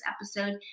episode